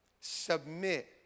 submit